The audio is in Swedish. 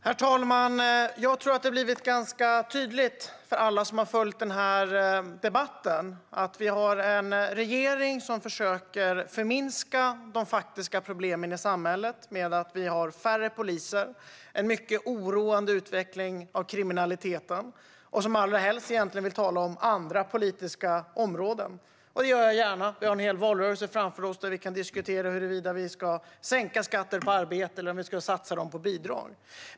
Herr talman! Jag tror att det har blivit ganska tydligt för alla som har följt denna debatt att vi har en regering som försöker förminska de faktiska problemen i samhället - att vi har färre poliser och en mycket oroande utveckling av kriminaliteten - och som helst vill tala om andra politiska områden. Det gör jag gärna. Vi har en hel valrörelse framför oss där vi kan diskutera huruvida vi ska sänka skatterna på arbete eller satsa på bidrag.